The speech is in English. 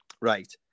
right